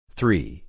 Three